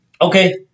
Okay